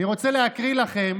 אני רוצה להקריא לכם